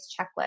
checklist